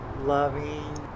loving